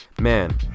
Man